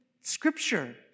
Scripture